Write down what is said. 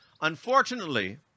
Unfortunately